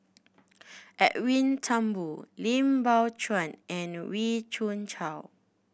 Edwin Thumboo Lim Biow Chuan and Wee Cho